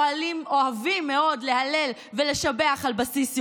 אוהבים מאוד להלל ולשבח על בסיס יומי.